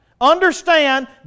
understand